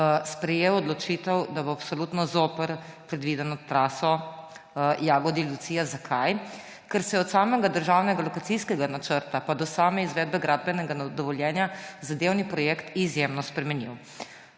sprejel odločitev, da bo absolutno zoper predvideno traso Jagodje–Lucija. Zakaj? Ker se je od državnega lokacijskega načrta pa do same izvedbe gradbenega dovoljenja zadevni projekt izjemno spremenil.